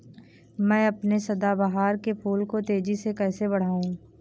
मैं अपने सदाबहार के फूल को तेजी से कैसे बढाऊं?